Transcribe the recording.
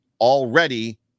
already